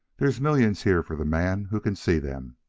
there's millions here for the man who can see them.